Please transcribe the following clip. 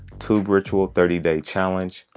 tube ritual thirty day challenge,